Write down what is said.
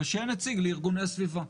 ושיהיה נציג לארגוני הסביבה.